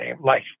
life